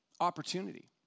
opportunity